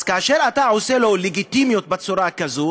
אז כאשר אתה עושה לו לגיטימיות בצורה כזאת